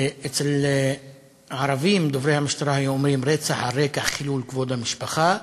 אצל הערבים דוברי המשטרה היו אומרים "רצח על רקע חילול כבוד המשפחה",